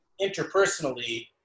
interpersonally